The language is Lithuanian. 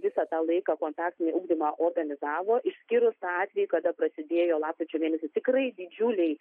visą tą laiką kontaktinį ugdymą organizavo išskyrus atvejį kada prasidėjo lapkričio mėnesį tikrai didžiuliai